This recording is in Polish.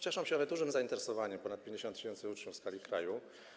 Cieszą się one dużym zainteresowaniem, ponad 50 tys. uczniów w skali kraju.